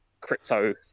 crypto